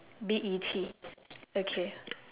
B E T okay